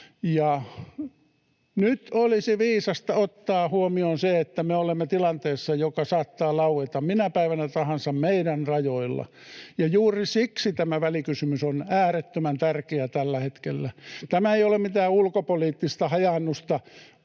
nyt olisi viisasta ottaa huomioon se, että me olemme tilanteessa, joka saattaa laueta minä päivänä tahansa meidän rajoilla, ja juuri siksi tämä välikysymys on äärettömän tärkeä tällä hetkellä. Tämä ei ole mitään ulkopoliittista hajaannusta